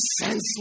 senseless